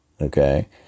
Okay